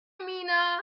mina